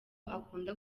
akunda